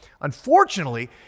Unfortunately